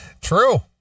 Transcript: True